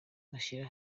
mushyire